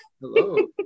Hello